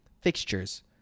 Fixtures